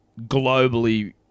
globally